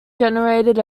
generated